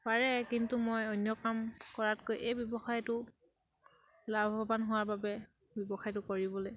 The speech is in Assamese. পাৰে কিন্তু মই অন্য কাম কৰাতকৈ এই ব্যৱসায়টো লাভৱান হোৱাৰ বাবে ব্যৱসায়টো কৰিবলে